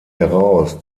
heraus